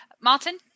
Martin